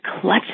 clutch